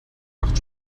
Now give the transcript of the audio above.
macht